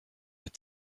had